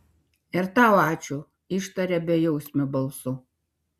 ir tau ačiū ištarė bejausmiu balsu